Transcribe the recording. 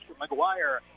McGuire